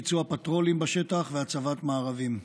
ביצוע פטרולים בשטח והצבת מארבים.